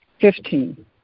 fifteen